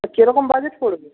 কীরকম বাজেট পড়বে